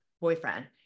boyfriend